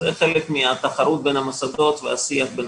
זה חלק מהתחרות בין המוסדות והשיח בין